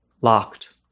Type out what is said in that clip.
Locked